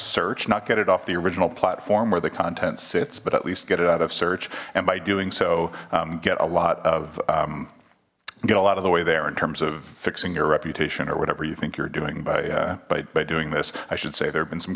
search not get it off the original platform where the content sits but at least get it out of search and by doing so get a lot of get a lot of the way there in terms of fixing your reputation or whatever you think you're doing by by doing this i should say there have been some